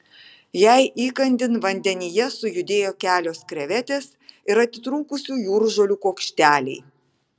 jai įkandin vandenyje sujudėjo kelios krevetės ir atitrūkusių jūržolių kuokšteliai